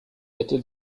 hätte